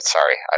Sorry